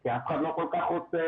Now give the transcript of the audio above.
כי אף אחד לא כל כך רוצה